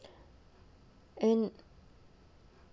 and